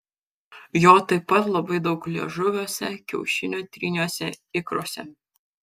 jo taip pat labai daug liežuviuose kiaušinio tryniuose ikruose